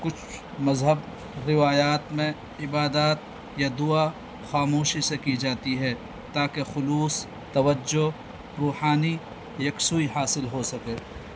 کچھ مذہبی روایات میں عبادات یا دعا خاموشی سے کی جاتی ہے تاکہ خلوص توجہ روحانی یکسوئی حاصل ہو سکے